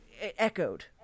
echoed